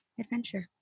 adventure